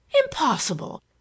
Impossible